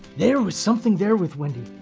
there was something there with wendy,